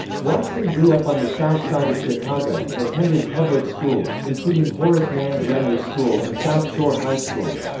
watson grew up on the south side of chicago and attended public schools, including horace mann grammar school and south shore high school.